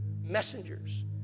messengers